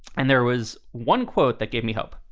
and there was one quote that gave me hope.